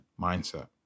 mindset